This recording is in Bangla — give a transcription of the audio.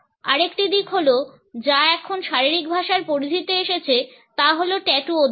আরেকটি দিক যা এখন শারীরিক ভাষার পরিধিতে এসেছে তা হল ট্যাটু অধ্যয়ন